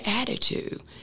attitude